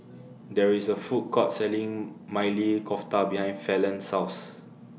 There IS A Food Court Selling Maili Kofta behind Falon's House